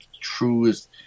truest